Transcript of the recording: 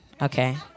okay